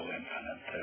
infinite